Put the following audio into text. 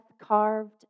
carved